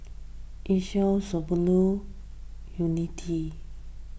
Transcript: Asics Shokubutsu Unity